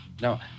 no